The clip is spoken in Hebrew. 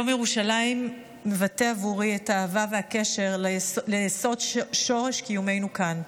יום ירושלים מבטא עבורי את האהבה והקשר ליסוד שורש קיומנו כאן,